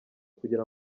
kugira